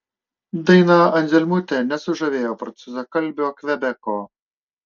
daina anzelmutė nesužavėjo prancūzakalbio kvebeko